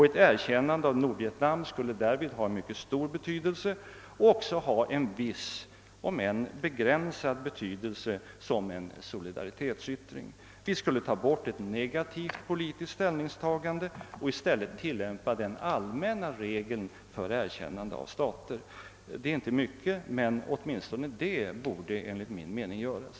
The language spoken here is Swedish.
Ett erkännande av Nordvietnam skulle därvid ha mycket stor betydelse, och det skulle ha en viss om än begränsad betydelse även som solidaritetsyttring. Vi skulle frångå ett negativt politiskt ställningstagande och i stället tillämpa den allmänna regeln för erkännande av stater. Det är inte mycket, men åtminstone det borde enligt min mening göras.